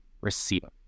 receiver